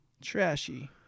Trashy